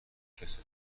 کسل